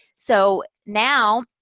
so, now,